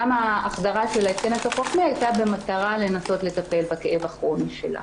גם ההחדרה של ההתקן התוך רחמי הייתה במטרה לנסות לטפל בכאב הכרוני שלה.